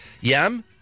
Yam